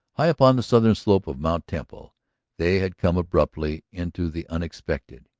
high upon the southern slope of mt. temple they had come abruptly into the unexpected.